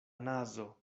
nazo